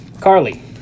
Carly